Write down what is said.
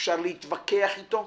אפשר להתווכח איתו,